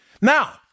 now